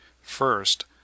first